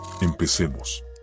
empecemos